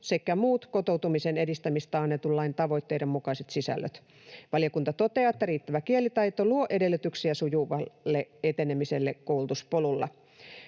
sekä muut kotoutumisen edistämisestä annetun lain tavoitteiden mukaiset sisällöt. Valiokunta toteaa, että riittävä kielitaito luo edellytyksiä sujuvalle etenemiselle koulutuspolulla.